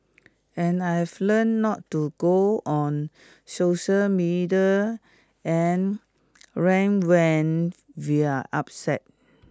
and I have learnt not to go on social media and rant when we're upset